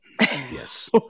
Yes